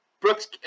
Brooks